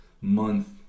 month